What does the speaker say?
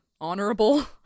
honorable